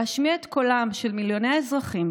להשמיע את קולם של מיליוני האזרחים